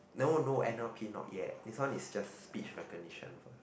no no N_L_P not yet this one is just speech recognition